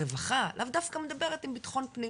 הרווחה לאו דווקא מדברת עם ביטחון פנים.